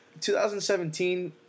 2017